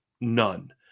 None